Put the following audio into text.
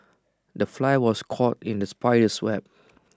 the fly was caught in the spider's web